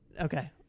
Okay